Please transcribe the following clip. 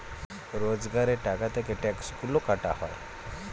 রোজগারের টাকা থেকে ট্যাক্সগুলা কাটা হয়